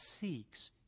seeks